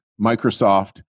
Microsoft